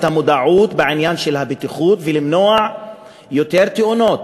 המודעות בעניין של הבטיחות ולמנוע יותר תאונות.